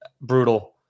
Brutal